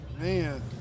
Man